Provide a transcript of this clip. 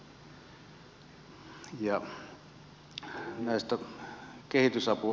näistä kehitysapuasioista